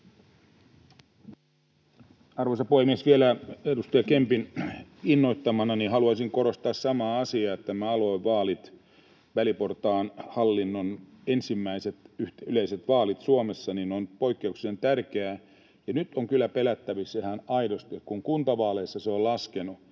Arvoisa puhemies! Vielä edustaja Kempin innoittamana haluaisin korostaa samaa asiaa, että nämä aluevaalit, väliportaan hallinnon ensimmäiset yleiset vaalit Suomessa, ovat poikkeuksellisen tärkeät. Ja nyt on kyllä pelättävissä ihan aidosti, että kun kuntavaaleissa se äänestysprosentti